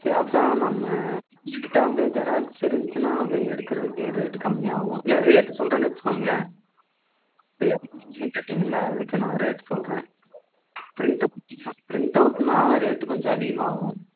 சரி அதான் நம்ம உங்கக்கிட்டே வந்து ஜெராக்ஸ் இருந்துச்சுன்னா அதை எடுக்கிறதுக்கு ரேட்டு கம்மியாகும் இல்லை ரேட்டு சொல்கிறேன்னு வைச்சிக்கோங்களேன் இப்போ கேட்டீங்கள்ல அதுக்கு நான் ரேட்டு சொல்கிறேன் பிரிண்ட்டவுட்டுனா பிரிண்ட்டவுட்டுனா ரேட்டு கொஞ்சம் அதிகமாகும்